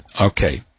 okay